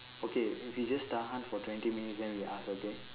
okay we just tahan for twenty minutes then we ask okay